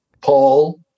Paul